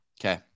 Okay